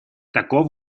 таков